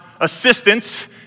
assistance